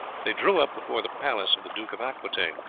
they drew up before the palace of the duke of aquitaine.